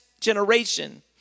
generation